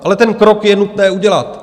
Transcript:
Ale ten krok je nutné udělat.